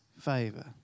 favor